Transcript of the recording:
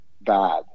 bad